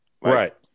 right